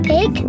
Pig